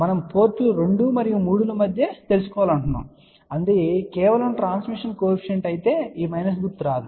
మనం పోర్టులు 2 మరియు 3 ల మధ్య తెలుసుకోవాలనుకుంటున్నాము అది కేవలం ట్రాన్స్మిషన్ కోఎఫీషియంట్ అయితే ఈ మైనస్ గుర్తు రాదు